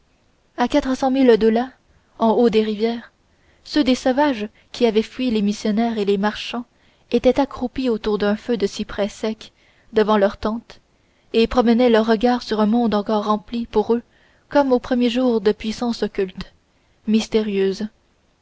milles de là en haut des rivières ceux des sauvages qui avaient fui les missionnaires et les marchands étaient accroupis autour d'un feu de cyprès sec devant leurs tentes et promenaient leurs regards sur un monde encore rempli pour eux comme aux premiers jours de puissances occultes mystérieuses